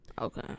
Okay